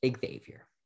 Xavier